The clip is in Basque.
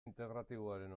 integratiboaren